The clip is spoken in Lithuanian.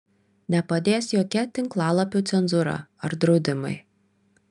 nepadės jokia tinklalapių cenzūra ar draudimai